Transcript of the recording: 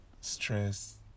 stress